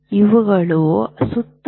ಇವುಗಳು ಸುತ್ತುವರೆದಿದೆ